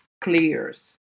clears